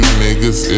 niggas